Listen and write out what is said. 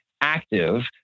active